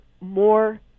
more